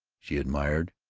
she admired.